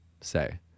say